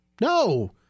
No